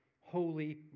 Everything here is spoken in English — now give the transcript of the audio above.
holy